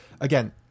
again